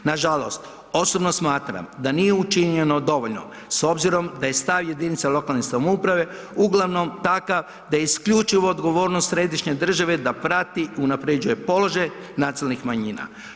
Nažalost, osobno smatram da nije učinjeno dovoljno s obzirom da je stav jedinica lokalne samouprave uglavnom takav da isključivu odgovornost središnje države je da prati i unapređuje položaj nacionalnih manjina.